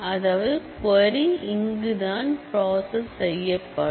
அதாவது க்வரி இங்குதான் ப்ராசஸ் செய்யப்படும்